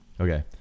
Okay